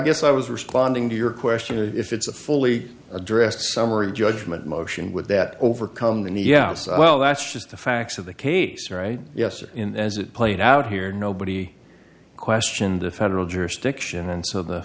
guess i was responding to your question if it's a fully addressed summary judgment motion with that overcome the yeah well that's just the facts of the case right yes or in as it played out here nobody questioned the federal jurisdiction and so the